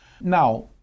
Now